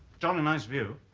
jolly nice view.